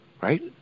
Right